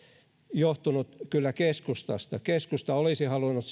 johtunut kyllä keskustasta keskusta olisi halunnut